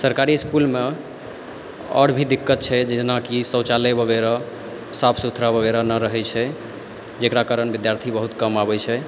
सरकारी इसकुलमे आओर भी दिक्कत छै जेना कि शौचालय वगैरह साफ सुथड़ा वागैरह नहि रहै छै जेकरा कारण विद्यार्थी बहुत कम आबै छै